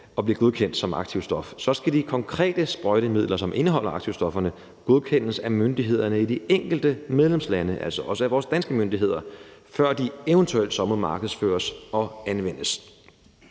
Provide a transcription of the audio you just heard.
og bliver godkendt som aktivstof, så skal de konkrete sprøjtemidler, som indeholder aktivstofferne, godkendes af myndighederne i de enkelte medlemslande, altså også af vores danske myndigheder, før de eventuelt så må markedsføres og anvendes.